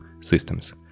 systems